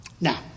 Now